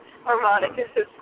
harmonicas